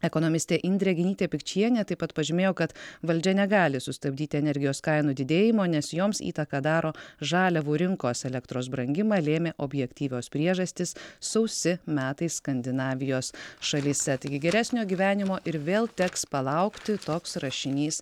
ekonomistė indrė genytė pikčienė taip pat pažymėjo kad valdžia negali sustabdyti energijos kainų didėjimo nes joms įtaką daro žaliavų rinkos elektros brangimą lėmė objektyvios priežastys sausi metai skandinavijos šalyse taigi geresnio gyvenimo ir vėl teks palaukti toks rašinys